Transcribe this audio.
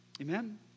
Amen